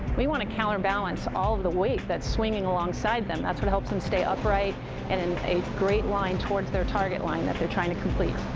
we want to counterbalance all of the weight that's swinging alongside them. that's what's helping them stay upright and in a great line towards their target line that they're trying to complete.